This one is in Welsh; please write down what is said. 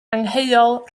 angheuol